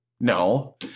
No